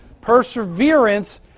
Perseverance